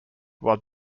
while